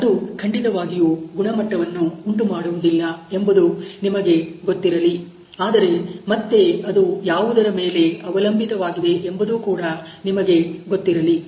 ಅದು ಖಂಡಿತವಾಗಿಯೂ ಗುಣಮಟ್ಟವನ್ನು ಉಂಟುಮಾಡುವುದಿಲ್ಲ ಎಂಬುದು ನಿಮಗೆ ಗೊತ್ತಿರಲಿ ಆದರೆ ಮತ್ತೆ ಅದು ಯಾವುದರ ಮೇಲೆ ಅವಲಂಬಿತವಾಗಿದೆ ಎಂಬುದು ಕೂಡ ನಿಮಗೆ ಗೊತ್ತಿರಲಿ